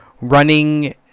running